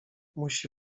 musi